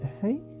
hey